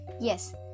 Yes